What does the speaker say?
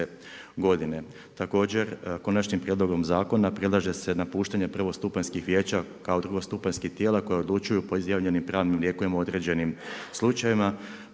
godine. Također konačnim prijedlogom zakona predlaže se napuštanje prvostupanjskih vijeća kao drugostupanjskih tijela koja odlučuju po izjavljenim pravnim lijekovima o određenim slučajevima.